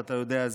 ואתה יודע,